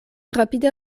rapide